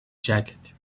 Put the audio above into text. jacket